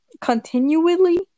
Continually